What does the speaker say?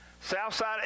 Southside